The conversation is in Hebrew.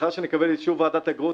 לאחר שנקבל אישור ועדת אגרות,